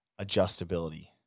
adjustability